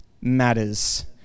matters